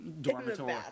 dormitory